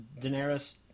Daenerys